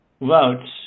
votes